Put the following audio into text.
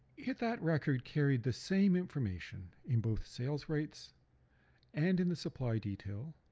if that record carried the same information in both sales rights and in the supply detail,